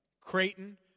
Creighton